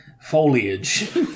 foliage